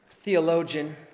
Theologian